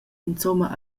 insumma